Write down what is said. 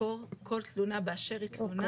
לחקור כל תלונה באשר היא תלונה,